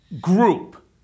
group